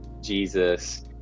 Jesus